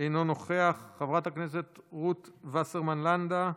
אינו נוכח, חברת הכנסת רות וסרמן לנדה,